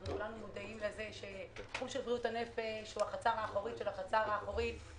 כולנו מודעים לכך שתחום בריאות הנפש הוא החצר האחורית של החצר האחורית.